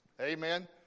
Amen